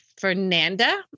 Fernanda